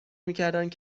میکردند